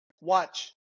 Watch